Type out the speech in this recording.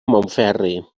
montferri